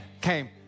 came